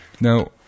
Now